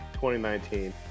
2019